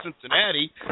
Cincinnati